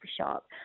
shop